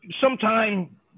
sometime